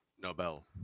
Nobel